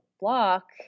Block